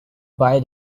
buy